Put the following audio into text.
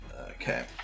Okay